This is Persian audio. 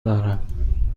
دارم